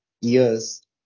years